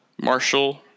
Marshall